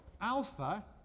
alpha